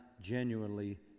genuinely